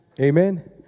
amen